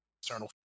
external